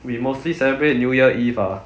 we mostly celebrate new year eve ah